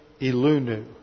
ilunu